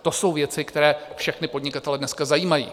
To jsou věci, které všechny podnikatele dneska zajímají.